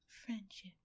Friendship